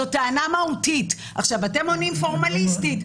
זו טענה מהותית, אתם עונים פורמליסטית.